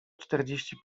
czterdzieści